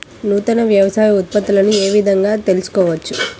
నూతన వ్యవసాయ ఉత్పత్తులను ఏ విధంగా తెలుసుకోవచ్చు?